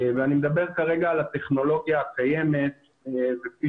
ואני מדבר כרגע על הטכנולוגיה הקיימת וכפי